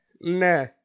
Nah